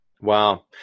Wow